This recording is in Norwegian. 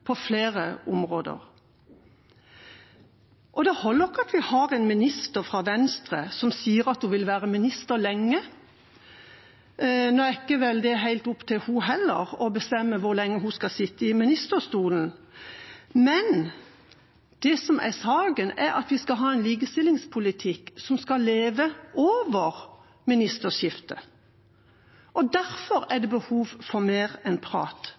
på flere områder. Det holder ikke at vi har en minister fra Venstre som sier at hun vil være minister lenge. Nå er det vel ikke helt opp til henne heller å bestemme hvor lenge hun skal sitte i ministerstolen, men det som er saken, er at vi skal ha en likestillingspolitikk som skal leve over et ministerskifte. Derfor er det behov for mer enn prat.